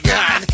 God